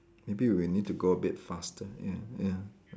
maybe we need to go a bit faster ya ya